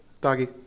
Doggy